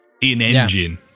in-engine